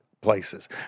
places